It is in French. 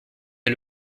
est